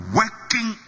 working